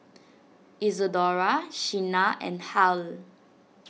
Isadora Shenna and Hal